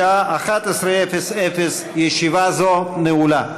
בשעה 11:00. ישיבה זו נעולה.